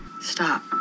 stop